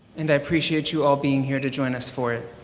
and i appreciate you all being here to join us for it.